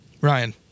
Ryan